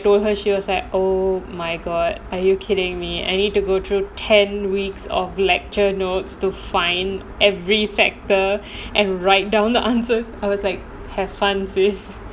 told her she was like oh my god are you kidding me I need to go through ten weeks of lecture notes to find every factor and write down the answers I was like have fun sister